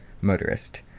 Motorist